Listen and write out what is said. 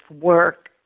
work